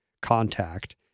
contact